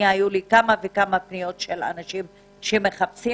היו כמה פניות של אנשים שמחפשים